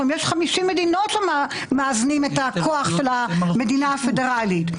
שם יש 50 מדינות שמאזנות את הכוח של המדינה הפדרלית.